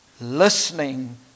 listening